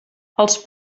els